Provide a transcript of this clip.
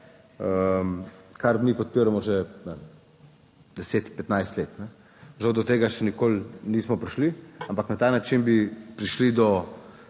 kar mi podpiramo že, ne vem, 10, 15 let, žal, do tega še nikoli nismo prišli. Ampak na ta način bi prišli do